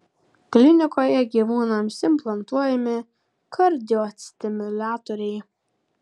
klinikoje gyvūnams implantuojami kardiostimuliatoriai